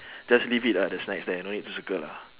just leave it lah the snacks there no need to circle lah